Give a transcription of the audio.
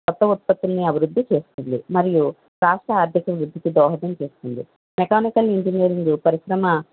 కొత్త ఉత్పత్తులను అభివృద్ధి చేస్తుంది మరియు రాష్ట్ర ఆర్ధిక అభివృద్ధికి దోహదం చేస్తుంది మెకానికల్ ఇంజనీరింగ్ పరిశ్రమ